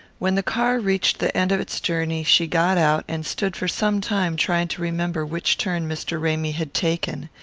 when the car reached the end of its journey she got out and stood for some time trying to remember which turn mr. ramy had taken.